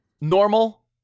Normal